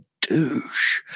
douche